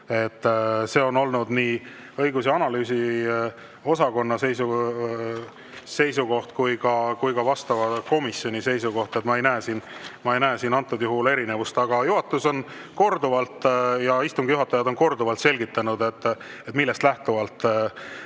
See on olnud nii õigus‑ ja analüüsiosakonna seisukoht kui ka vastava komisjoni seisukoht. Ma ei näe siin antud juhul erinevust. Aga juhatus ja istungi juhatajad on korduvalt selgitanud, millest lähtuvalt